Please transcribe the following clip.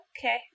Okay